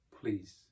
Please